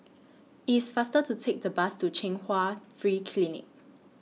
IT IS faster to Take The Bus to Chung Hua Free Clinic